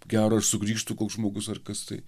gero ir sugrįžtų koks žmogus ar kas tai